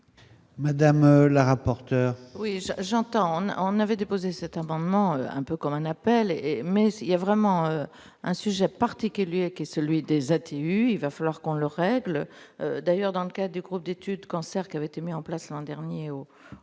Madame la rapporteure.